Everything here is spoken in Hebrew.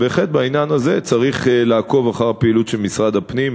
בהחלט בעניין הזה צריך לעקוב אחרי הפעילות של משרד הפנים,